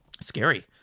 Scary